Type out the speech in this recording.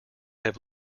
have